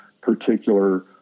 particular